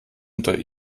sind